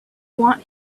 want